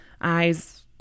eyes